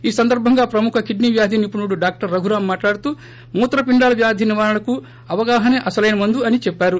ఈ సందర్భంగా ప్రముఖ కిడ్చి వ్యాధి నిపుణుడు డాక్టర్ రఘురామ్ మాట్లాడుతూ మూత్రపిండాల వ్యాధి నీవారణకు అవగాహసే అసలైన మందు అని చెప్పారు